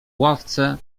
ławce